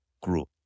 group